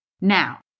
Now